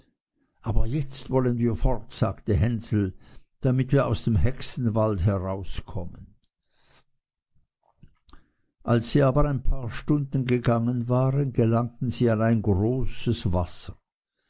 aber jetzt wollen wir fort sagte hänsel damit wir aus dem hexenwald herauskommen als sie aber ein paar stunden gegangen waren gelangten sie an ein großes wasser